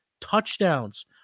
touchdowns